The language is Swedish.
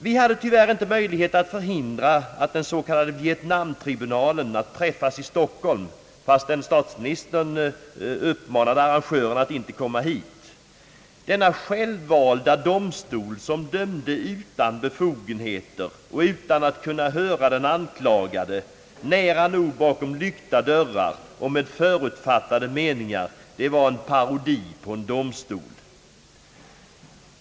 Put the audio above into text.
Vi hade tyvärr inte möjlighet att förhindra den s.k. Vietnam-tribunalen att träffas i Stockholm, fastän statsministern uppmanade arrangörerna att inte förlägga tribunalen hit. Denna självvalda domstol, som dömde utan befogenheter och utan att kunna höra den anklagade parten, nära nog bakom lyckta dörrar och med förutfattade meningar, var en parodi på en domstol.